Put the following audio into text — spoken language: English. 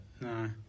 No